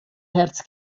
herz